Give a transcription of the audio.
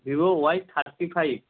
Vivo Y thirty five